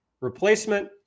replacement